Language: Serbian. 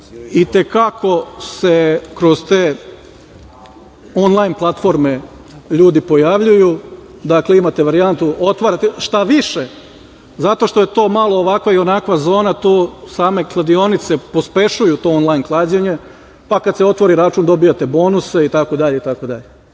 I te kako se kroz te onlajn platforme ljudi pojavljuju. Dakle, imate varijantu, otvarate, šta više, zato što je to malo ovakva i onakva zona, to same kladionice pospešuju to onlajn klađenje, pa kad se otvori račun dobijate bonuse, itd.